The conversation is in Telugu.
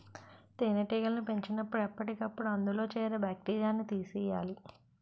తేనెటీగలను పెంచినపుడు ఎప్పటికప్పుడు అందులో చేరే బాక్టీరియాను తీసియ్యాలి